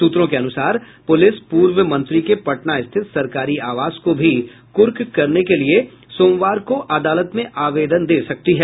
सूत्रों के अनुसार पुलिस पूर्व मंत्री के पटना स्थित सरकारी आवास को भी कर्क करने के लिए सोमवार को अदालत में आवेदन दे सकती है